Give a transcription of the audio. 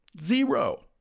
Zero